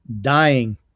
dying